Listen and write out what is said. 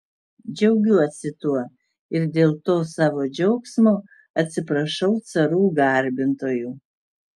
džiaugiuosi tuo ir dėl to savo džiaugsmo atsiprašau carų garbintojų